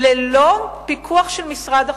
ללא פיקוח של משרד החוץ.